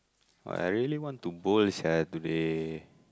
but I really want to bowl sia today